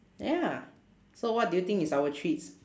ya so what do you think is our treats